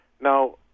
Now